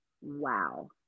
wow